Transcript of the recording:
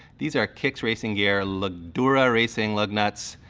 these are kics racing gear leggdura racing lug nuts,